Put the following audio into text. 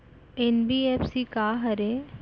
NBFC का हरे?